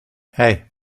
hey